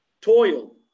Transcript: toil